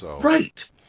Right